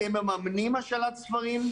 אתם מממנים השאלת ספרים,